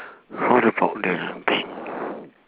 how about the bank